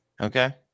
Okay